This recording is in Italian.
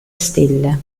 stelle